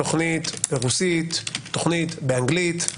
תוכנית ברוסית, תוכנית באנגלית.